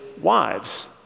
wives